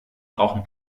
brauchen